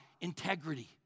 integrity